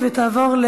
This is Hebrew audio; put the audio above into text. התשע"ג 2013,